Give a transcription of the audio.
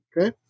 Okay